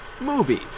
movies